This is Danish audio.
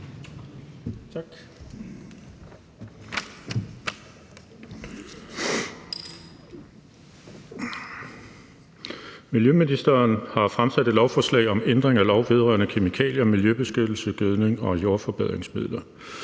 Miljøministeren har fremsat et lovforslag om ændring af lov vedrørende kemikalier og miljøbeskyttelse, gødning og jordforbedringsmidler.